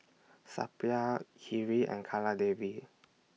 Suppiah Hri and Kaladevi